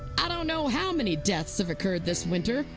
i don't know how many deaths have occurred this winter,